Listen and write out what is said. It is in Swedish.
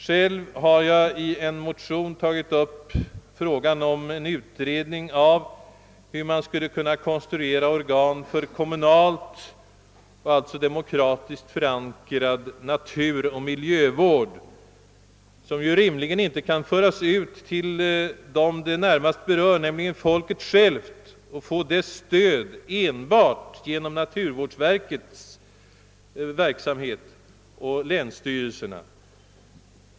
Själv har jag i en motion tagit upp frågan om utredning av hur man skulle kunna konstruera organ för en kommunalt och alltså demokratiskt förankrad naturoch miljövård, som ju inte rimligen kan föras ut till dem det närmast berör, nämligen folket självt, och få dess stöd enbart genom naturvårdsverket och länsstyrelsernas verksamhet.